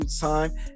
Time